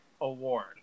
award